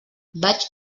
vaig